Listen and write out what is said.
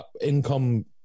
income